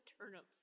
turnips